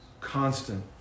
constant